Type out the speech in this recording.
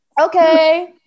okay